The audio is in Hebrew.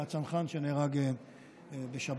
זה הצנחן שנהרג בשבת,